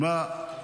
שמע,